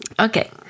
Okay